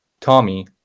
Tommy